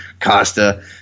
Costa